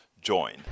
join